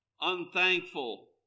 unthankful